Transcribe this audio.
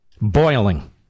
boiling